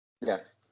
Yes